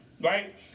right